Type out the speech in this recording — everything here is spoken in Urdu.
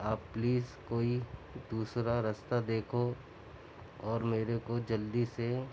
آپ پلیز کوئی دوسرا رستہ دیکھو اور میرے کو جلدی سے